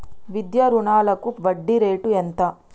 విద్యా రుణాలకు వడ్డీ రేటు ఎంత?